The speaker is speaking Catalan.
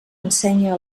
ensenya